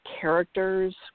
characters